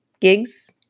gigs